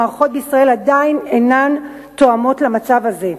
המערכות בישראל עדיין אינן מותאמות למצב הזה.